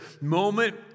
moment